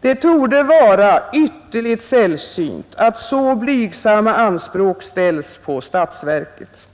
Det torde vara ytterligt sällsynt att så blygsamma anspråk ställs på statsverket.